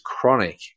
chronic